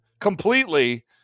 completely